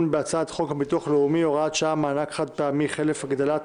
בהצעת חוק הביטוח הלאומי (הוראת שעה) (מענק חד-פעמי חלף הגדלת